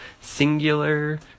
Singular